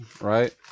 right